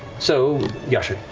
so, yasha,